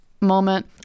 moment